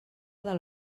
del